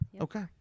Okay